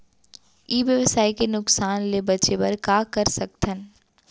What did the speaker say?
ई व्यवसाय के नुक़सान ले बचे बर का कर सकथन?